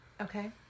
Okay